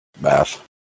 Math